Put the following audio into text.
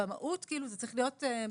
במהות כאילו זה צריך להיות.